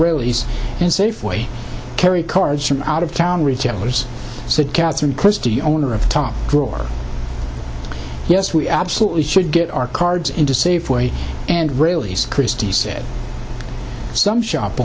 released and safeway carry cards from out of town retailers said catherine christie owner of top drawer yes we absolutely should get our cards into safeway and really kristie said some shop